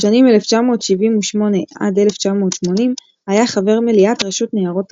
בשנים 1978–1980 היה חבר מליאת רשות ניירות ערך.